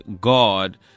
god